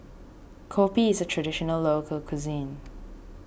Kopi is a Traditional Local Cuisine